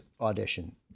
audition